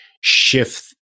shift